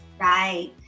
Right